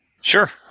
Sure